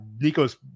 Nico's